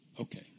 Okay